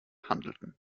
handelten